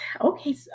okay